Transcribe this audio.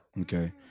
Okay